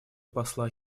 посла